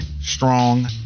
strong